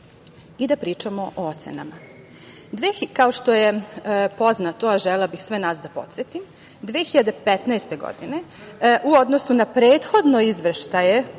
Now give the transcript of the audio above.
da pričamo o ocenama. Kao što je poznato, a želela bih sve nas da podsetim, 2015. godine u odnosu na prethodne izveštaje